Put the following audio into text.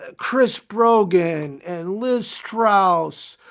ah chris brogan and liz strauss.